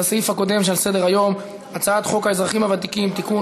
לסעיף הקודם שעל סדר-היום: הצעת חוק האזרחים הוותיקים (תיקון,